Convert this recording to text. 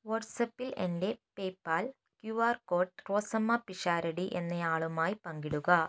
വാട്ട്സ്ആപ്പിൽ എൻ്റെ PayPal Q R code Rosamma Pisharody എന്നയാളുമായി പങ്കിടുക